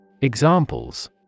Examples